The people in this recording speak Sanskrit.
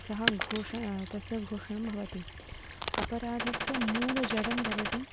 सः दोषः तस्य घोषणं भवति अपराधस्य मूलजडं भवति